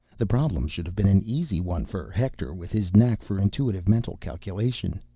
the problem should have been an easy one for hector, with his knack for intuitive mental calculation.